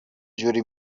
جوری